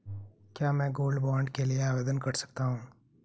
क्या मैं gold bond के लिए आवेदन कर सकता हूं?